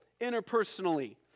interpersonally